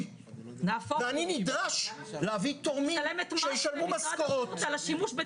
ואני נדרש להביא תורמים שישלמו משכורות.